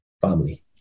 family